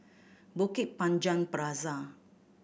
Bukit Panjang Plaza